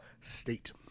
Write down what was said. State